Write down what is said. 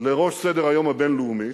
לראש סדר-היום הבין-לאומי,